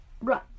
run